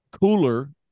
cooler